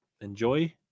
Enjoy